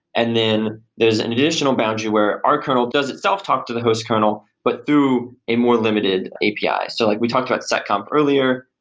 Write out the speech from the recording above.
and then there's an additional boundary where our kernel does it self talk to the host kernel, but through a more limited api. so, like we talked about seccomp earlier.